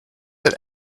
that